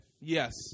Yes